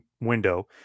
window